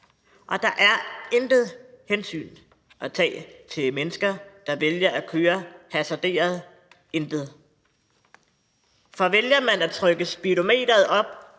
Og der er intet hensyn at tage til mennesker, der vælger at køre hasarderet – intet! For vælger man at trykke speedometeret op